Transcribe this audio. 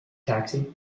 taxi